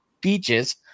beaches